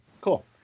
Cool